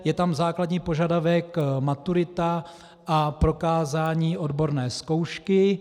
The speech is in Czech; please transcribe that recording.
Je tam základní požadavek maturita a prokázání odborné zkoušky.